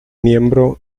miembro